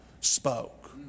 spoke